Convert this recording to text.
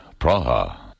Praha